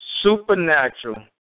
supernatural